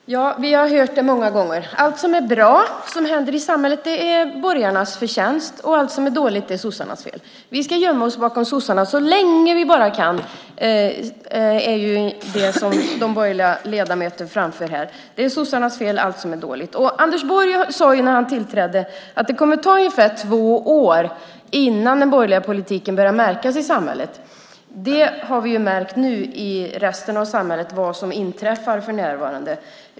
Fru talman! Vi har hört det många gånger: Allt som är bra är borgarnas förtjänst, och allt som är dåligt är sossarnas fel. Vi ska gömma oss bakom sossarna så länge vi bara kan, är det som borgerliga ledamöter framför här. Allt som är dåligt är sossarnas fel. Anders Borg sade när han tillträdde att det skulle ta ungefär två år innan den borgerliga politiken börjar märkas i samhället. Det har vi märkt på det som inträffar nu.